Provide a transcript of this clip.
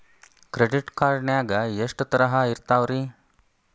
Credit card ನಾಗ ಎಷ್ಟು ತರಹ ಇರ್ತಾವ್ರಿ?